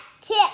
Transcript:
tip